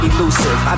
Elusive